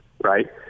Right